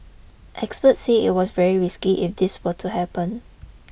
experts say it was very risky if this were to happen